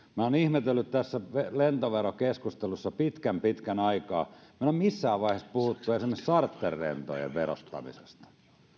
olen ihmetellyt tässä lentoverokeskustelussa pitkän pitkän aikaa että meillä ei ole missään vaiheessa puhuttu esimerkiksi charterlentojen verottamisesta